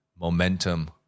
momentum